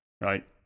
Right